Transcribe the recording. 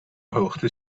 hoogte